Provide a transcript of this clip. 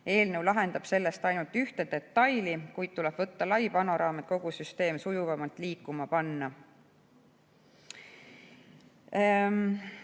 Eelnõu lahendab ainult ühte detaili, kuid tuleb võtta lai panoraam, et kogu süsteem sujuvamalt liikuma panna.